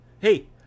Hey